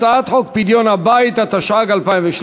הצעת חוק פדיון הבית, התשע"ג 2013,